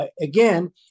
again